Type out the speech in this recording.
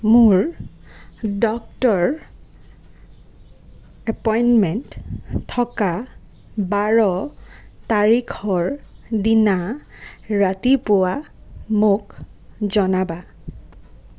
মোৰ doctor appointment থকা বাৰ তাৰিখৰ দিনা ৰাতিপুৱা মোক জনাবা